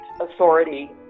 authority